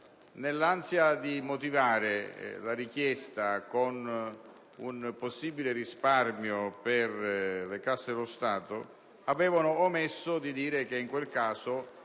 Nell'ansia di motivare la richiesta con un possibile risparmio per le casse dello Stato, avevano omesso di dire che in quel caso